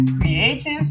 creative